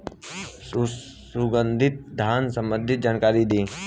सुगंधित धान संबंधित जानकारी दी?